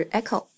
Echo 。